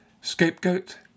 scapegoat